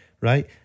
right